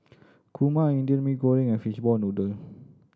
kurma Indian Mee Goreng and fishball noodle